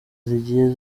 zigiye